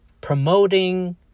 promoting